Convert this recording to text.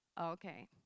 okay